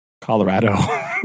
Colorado